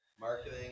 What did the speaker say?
marketing